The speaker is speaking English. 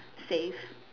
safe